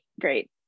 Great